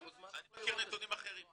אני מכיר נתונים אחרים.